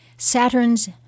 Saturn's